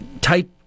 type